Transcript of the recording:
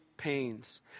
pains